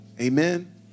Amen